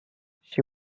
she